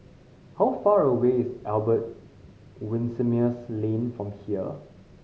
how far away is Albert Winsemius Lane from here